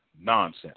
nonsense